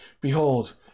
behold